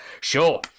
Sure